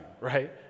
right